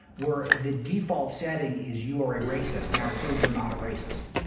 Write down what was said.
where the default setting is you are a racist now prove you're not a racist.